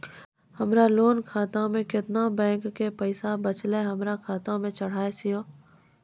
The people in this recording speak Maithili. हमरा लोन खाता मे केतना बैंक के पैसा बचलै हमरा खाता मे चढ़ाय दिहो?